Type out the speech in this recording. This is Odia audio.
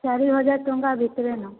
ଚାରି ହଜାର ଟଙ୍କା ଭିତ୍ରେ ନ